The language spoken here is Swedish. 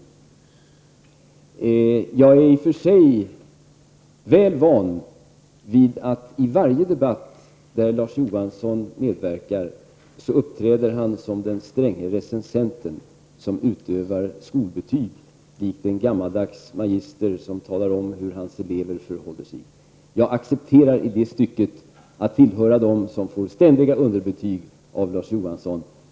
I och för sig är jag väl van vid att Larz Johansson i varje debatt där han medverkar uppträder som den stränge recensenten som utdelar skolbetyg likt en gammaldags magister som talar om hur hans elever förhåller sig. Jag accepterar i det stycket att tillhöra dem som får ständiga underbetyg av Larz Johansson.